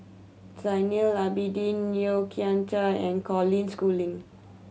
Zainal Abidin Yeo Kian Chai and Colin Schooling